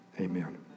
Amen